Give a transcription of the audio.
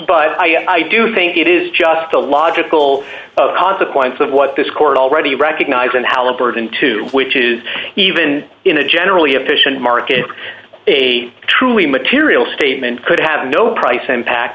but i do think it is just a logical consequence of what this court already recognize in halliburton to which is even in a generally efficient market a truly material statement could have no price impact